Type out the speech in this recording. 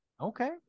Okay